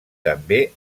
també